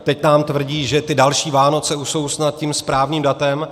Teď nám tvrdí, že ty další Vánoce už jsou snad tím správným datem.